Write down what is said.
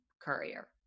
courier